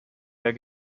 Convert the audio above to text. der